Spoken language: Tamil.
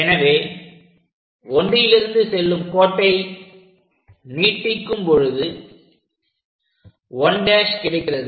எனவே 1லிருந்து செல்லும் கோட்டை நீட்டிக்கும் பொழுது 1' கிடைக்கிறது